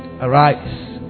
Arise